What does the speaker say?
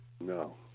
no